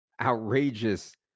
outrageous